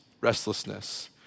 restlessness